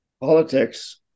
politics